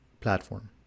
platform